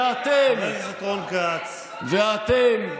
ואתם,